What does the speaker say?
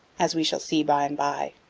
as we shall see by and by.